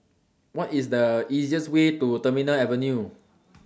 What IS The easiest Way to Terminal Avenue